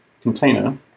container